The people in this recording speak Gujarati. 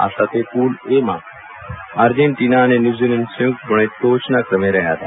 આ સાથે પુલ એ માં આર્જેન્ટીના અને ન્યુઝીલેન્ડ સંયુકતપણે ટોચના કરમે રહ્યા હતા